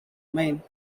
maine